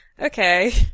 okay